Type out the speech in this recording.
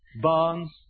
barns